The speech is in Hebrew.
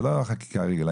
זה לא החקיקה הרגילה.